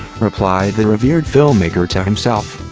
replied the revered filmmaker to himself,